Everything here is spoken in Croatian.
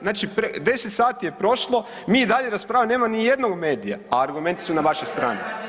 Znači 10 sati je prošlo mi i dalje raspravljamo, nema ni jednog medija, a argumenti su na vašoj strani.